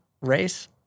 race